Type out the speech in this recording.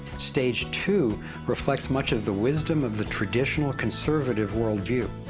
stage two reflects much of the wisdom of the traditional conservative worldview.